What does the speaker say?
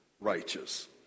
righteous